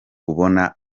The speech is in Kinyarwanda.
kubona